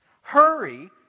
Hurry